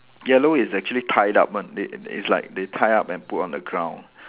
yellow is actually tied up one it it's like they tie up and put on the ground